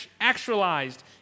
actualized